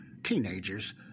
Teenagers